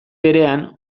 berean